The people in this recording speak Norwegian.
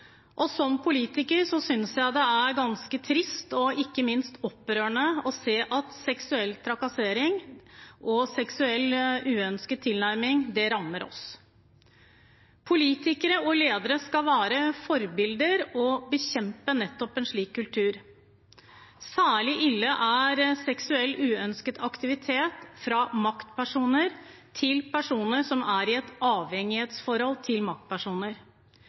Som politiker synes jeg det er ganske trist og ikke minst opprørende å se at seksuell trakassering og uønsket seksuell tilnærming rammer oss. Politikere og ledere skal være forbilder og bekjempe nettopp en slik kultur. Særlig ille er uønsket seksuell aktivitet fra maktpersoner overfor personer som er i et avhengighetsforhold til